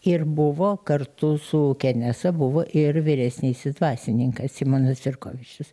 ir buvo kartu su kenesa buvo ir vyresnysis dvasininkas simonas firkovičius